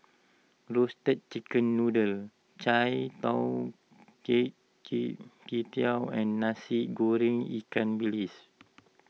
Roasted Chicken Noodle Chai Tow and Nasi Goreng Ikan Bilis